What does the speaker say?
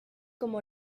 como